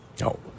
no